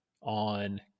on